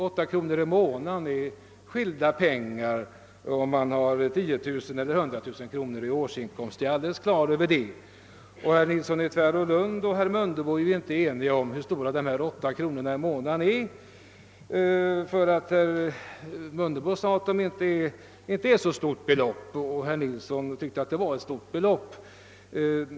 8 kronor i månaden är olika mycket pengar om man har 10 000 kronor i årsinkomst och om man har 100 000 kronor; det är jag alldeles på det klara med. Herr Nilsson i Tvärålund och herr Mundebo är inte eniga om hur mycket detta belopp är värt. Herr Mundebo sade att det inte var så stort, medan herr Nilsson tyckte att det var stort.